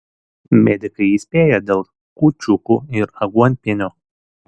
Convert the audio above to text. medikai įspėja dėl kūčiukų ir aguonpienio